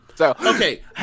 Okay